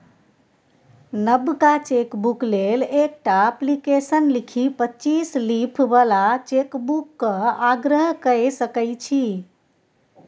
नबका चेकबुक लेल एकटा अप्लीकेशन लिखि पच्चीस लीफ बला चेकबुकक आग्रह कए सकै छी